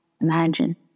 imagine